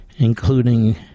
including